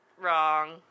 Wrong